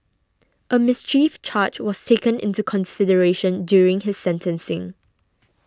a mischief charge was taken into consideration during his sentencing